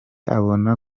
abona